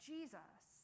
Jesus